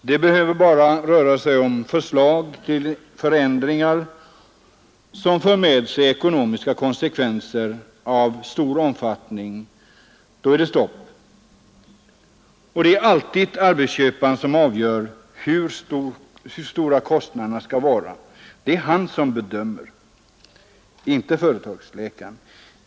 Det behöver bara röra sig om förslag till förändringar som för med sig ekonomiska konsekvenser av stor omfattning för att det skall bli stopp. Och det är alltid arbetsköparen som avgör och bedömer hur stora kostnaderna skall vara, inte företagsläkaren.